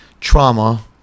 trauma